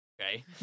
okay